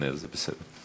הסכום?